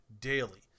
daily